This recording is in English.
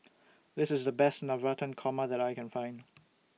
This IS The Best Navratan Korma that I Can Find